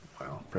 Wow